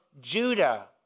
Judah